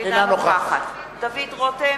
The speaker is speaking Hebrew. אינה נוכחת דוד רותם,